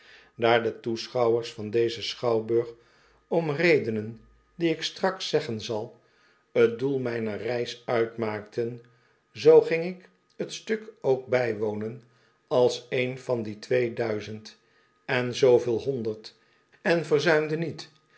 daar de toeschouwers van dezen schouwburg om redenen die ik straks zeggen zal t doel mijner reis uitmaakten zoo ging ik t stuk ook bijwonen als een van die twee duizend en zooveel honderd en verzuimde niet